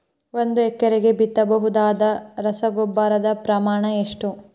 ಒಂದು ಎಕರೆಗೆ ಬಿತ್ತಬಹುದಾದ ರಸಗೊಬ್ಬರದ ಪ್ರಮಾಣ ಎಷ್ಟು?